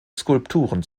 skulpturen